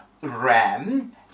ram